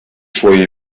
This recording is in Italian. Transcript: suoi